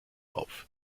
auf